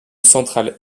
centrale